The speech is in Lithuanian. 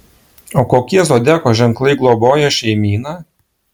o kokie zodiako ženklai globoja šeimyną